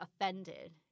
offended